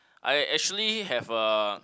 I actually have a